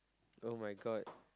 [oh]-my-god